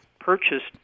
purchased